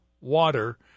water